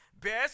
best